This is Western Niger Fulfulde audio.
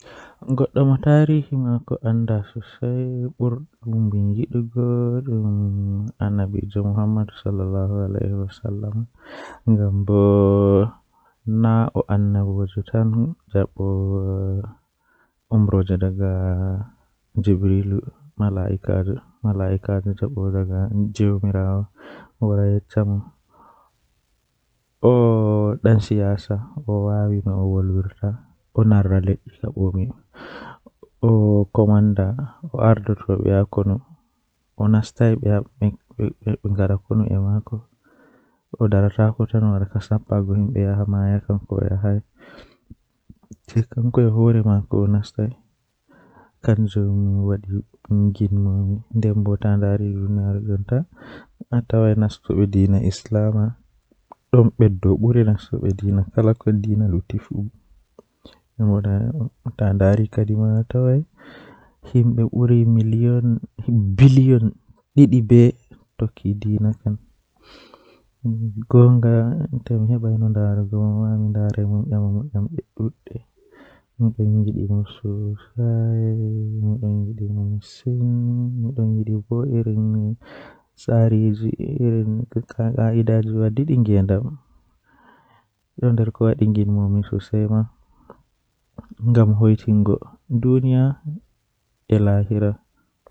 Kuugal am jei Arande kannjum woni sorugo ndiyam Job am ɗiɗi ko mi waɗi nder fannuɓe, miɓɓe so wonaa mi njogii caɗeele ngol. Mi enjoyi ngal sabu mi foti naatude e caɗeele kadi miɗo yiɗi goɗɗum sabu mi aɗa waawi jokkude e goɗɗum